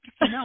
No